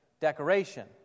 decoration